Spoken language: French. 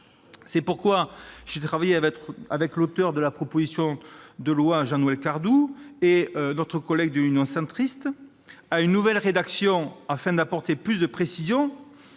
C'est pourquoi j'ai travaillé avec l'auteur de la proposition de loi et avec d'autres collègues de l'Union Centriste à une nouvelle rédaction, à même d'apporter plus de précisions